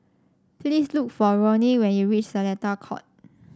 please look for Ronnie when you reach Seletar Court